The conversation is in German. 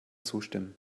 zustimmen